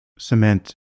Cement